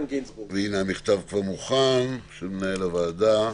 והינה, המכתב כבר מוכן של מנהל הוועדה.